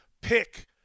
pick